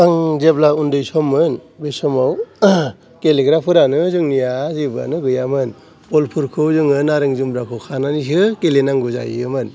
आं जेब्ला उन्दै सममोन बे समाव गेलेग्राफोरानो जोंनिया जेबोआनो गैयामोन बलफोरखौ जोङो नारें जुमब्राखौ खानानैसो गेलेनांगौ जायोमोन